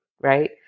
right